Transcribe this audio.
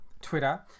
Twitter